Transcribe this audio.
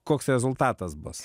koks rezultatas bus